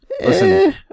Listen